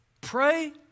pray